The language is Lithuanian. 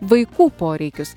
vaikų poreikius